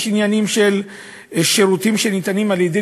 יש עניינים של שירותים שניתנים על-ידי